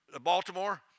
Baltimore